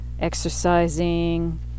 exercising